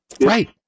Right